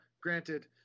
granted